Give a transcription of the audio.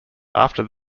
after